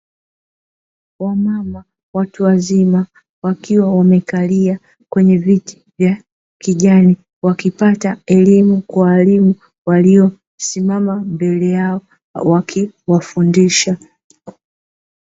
Wamama watu wazima wakiwa wamekalia kwenye viti vya kijani wakipata elimu kwa walimu waliosimama mbele yao wakiwafundisha.